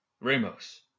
Ramos